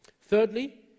Thirdly